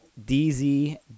DZ